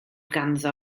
ganddo